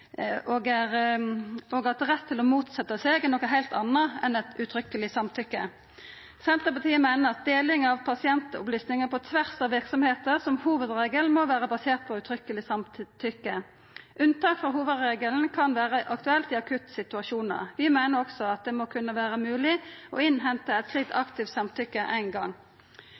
sensitive opplysningar, og at rett til å motsetja seg er noko heilt anna enn eit uttrykkeleg samtykke. Senterpartiet meiner at deling av pasientopplysningar på tvers av verksemder som hovudregel må vera basert på uttrykkeleg samtykke. Unntak frå hovudregelen kan vera aktuelt i akutte situasjonar. Vi meiner også at det må kunna vera mogleg å innhenta eit slikt aktivt samtykke ein gong.